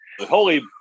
holy